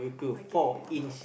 okay